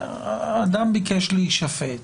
שאם האדם ביקש להישפט,